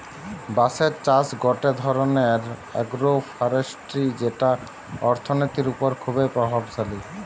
বাঁশের চাষ গটে ধরণের আগ্রোফরেষ্ট্রী যেটি অর্থনীতির ওপর খুবই প্রভাবশালী